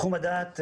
תחום הדעת,